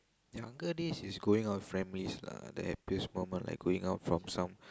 younger days is going out families lah the happiest moment like going out from some